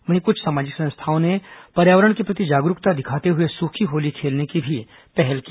वहीं कुछ सामाजिक संस्थाओं ने पर्यावरण के प्रति जागरूकता दिखाते हुए सूखी होली खेलने की भी पहल की